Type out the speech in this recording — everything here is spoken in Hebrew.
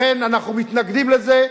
לכן אנחנו מתנגדים לזה,